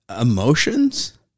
emotions